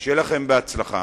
בהצלחה.